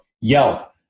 Yelp